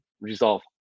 resolve